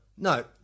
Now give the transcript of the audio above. No